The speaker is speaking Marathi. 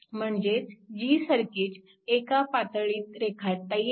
म्हणजेच जी सर्किट एका पातळीत रेखाटता येते